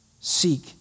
seek